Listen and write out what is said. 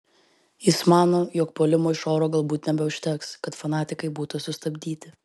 jis mano jog puolimo iš oro galbūt nebeužteks kad fanatikai būtų sustabdyti